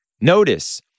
Notice